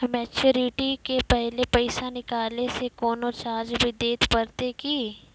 Maturity के पहले पैसा निकालै से कोनो चार्ज भी देत परतै की?